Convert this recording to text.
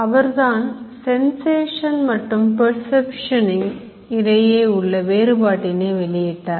அவர்தான் Sensation மற்றும் Perception இ க்கும் இடையே உள்ள வேறுபாட்டினை வெளியிட்டார்